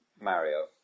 mario